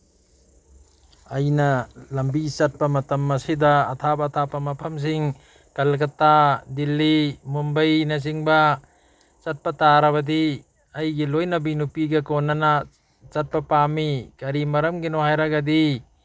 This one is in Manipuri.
ꯑꯩꯅ ꯂꯝꯕꯤ ꯆꯠꯄ ꯃꯇꯝ ꯑꯁꯤꯗ ꯑꯊꯥꯞ ꯑꯊꯥꯞꯄ ꯃꯐꯝꯁꯤꯡ ꯀꯜꯀꯇꯥ ꯗꯤꯜꯂꯤ ꯃꯨꯝꯕꯩꯅꯆꯤꯡꯕ ꯆꯠꯄ ꯇꯥꯔꯕꯗꯤ ꯑꯩꯒꯤ ꯂꯣꯏꯅꯕꯤ ꯅꯨꯄꯤꯒ ꯀꯣꯅꯅ ꯆꯠꯄ ꯄꯥꯝꯃꯤ ꯀꯔꯤ ꯃꯔꯝꯒꯤꯅꯣ ꯍꯥꯏꯔꯒꯗꯤ